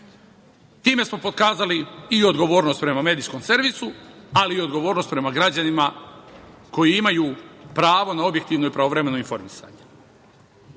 Time smo pokazali i odgovornost prema medijskom servisu, ali i odgovornost prema građanima koji imaju pravo na objektivno i pravovremeno informisanje. Saradnja,